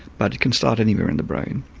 but it can start anywhere in the brain.